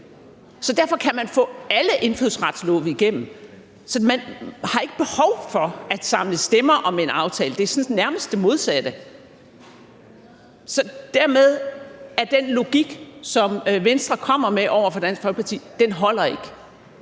Så derfor kan man få alle indfødsretslove igennem. Så man har ikke behov for at samle stemmer om en aftale. Det er nærmest det modsatte. Dermed holder den logik, som Venstre kommer med over for Dansk Folkeparti, ikke.